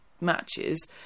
matches